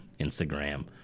Instagram